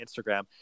Instagram